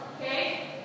okay